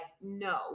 no